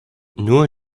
nur